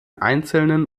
einzelnen